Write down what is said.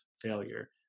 failure